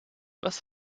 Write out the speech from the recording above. was